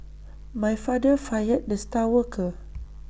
my father fired the star worker